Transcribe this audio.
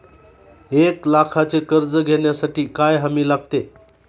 एक लाखाचे कर्ज घेण्यासाठी काय हमी लागते?